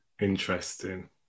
Interesting